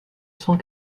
cent